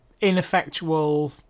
ineffectual